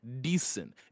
decent